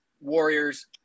Warriors –